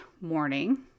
morning